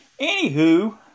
anywho